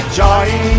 join